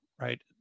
right